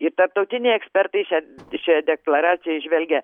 ir tarptautiniai ekspertai šia šia deklaracija įžvelgia